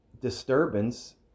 disturbance